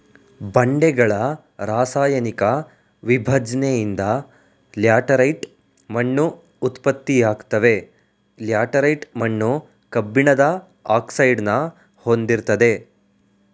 ಬಂಡೆಗಳ ರಾಸಾಯನಿಕ ವಿಭಜ್ನೆಯಿಂದ ಲ್ಯಾಟರೈಟ್ ಮಣ್ಣು ಉತ್ಪತ್ತಿಯಾಗ್ತವೆ ಲ್ಯಾಟರೈಟ್ ಮಣ್ಣು ಕಬ್ಬಿಣದ ಆಕ್ಸೈಡ್ನ ಹೊಂದಿರ್ತದೆ